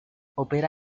opera